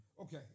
Okay